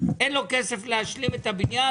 אין לו כסף להשלים את הבניין,